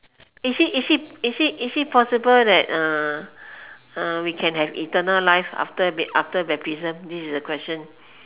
is it is it is it is it possible that uh uh we can have eternal life after after baptism this is the question